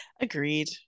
Agreed